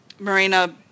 Marina